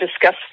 discuss